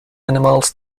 animals